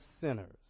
sinners